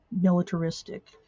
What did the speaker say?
militaristic